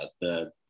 the-